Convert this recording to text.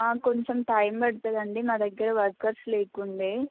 కొంచెం టైం పడుతుంది అండి మా దగ్గర వర్కర్స్ లేకుండే